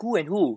who and who